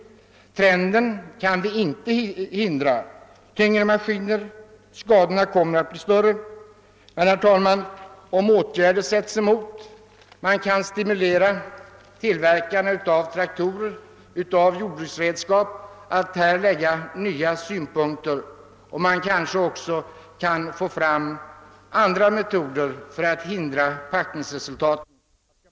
Vi kan inte hindra trenden med tyngre maskiner och större skador som följd. Men, herr talman, man kan nog vidtaga åtgärder genom att stimulera tillverkarna av traktorer och jordbruksredskap att anlägga nya synpunkter. Man kanske även kan få fram andra metoder att lösa packningsproblemen.